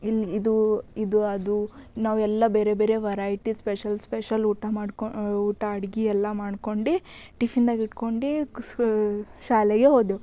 ಇಲ್ಲಿ ಇದೂ ಇದು ಅದು ನಾವೆಲ್ಲ ಬೇರೆ ಬೇರೆ ವರೈಟೀಸ್ ಸ್ಪೆಷಲ್ ಸ್ಪೆಷಲ್ ಊಟ ಮಾಡ್ಕೊ ಊಟ ಅಡಿಗೆ ಎಲ್ಲ ಮಾಡ್ಕೊಂಡು ಟಿಫಿನ್ದಾಗ್ ಇಟ್ಕೊಂಡು ಶಾಲೆಗೆ ಹೋದೆವು